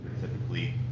typically